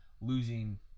losing